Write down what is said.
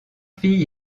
filles